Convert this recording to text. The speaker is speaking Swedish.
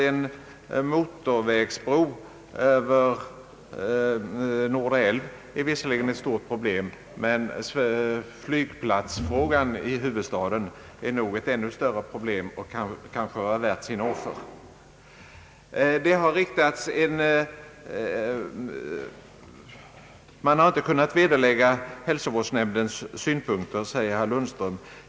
En motorvägsbro över Nordre älv är visserligen ett stort problem, men flygplatsfrågan i huvudstaden är nog ett ännu större problem och dess lösning kan kanske vara värt sina offer. Man har inte kunnat vederlägga hälsovårdsnämndens synpunkter, säger herr Lundström.